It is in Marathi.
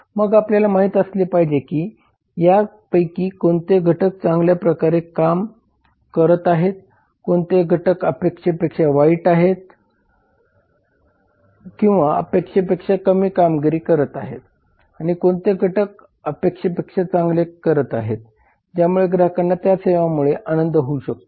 मग आपल्याला माहित असले पाहिजे की यापैकी कोणते घटक चांगल्या प्रकारे काम करत आहेत कोणते घटक अपेक्षेपेक्षा वाईट आहेत किंवा अपेक्षेपेक्षा कमी कामगिरी करत आहेत आणि कोणते घटक अपेक्षेपेक्षा चांगले करत आहेत ज्यामुळे ग्राहकांना त्या सेवांमुळे आनंद होऊ शकतो